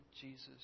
Jesus